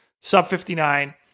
sub-59